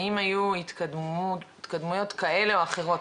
האם היו התקדמויות כאלה או אחרות?